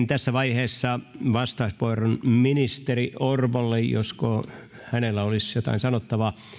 tässä vaiheessa vastauspuheenvuoron ministeri orpolle josko hänellä olisi jotain sanottavaa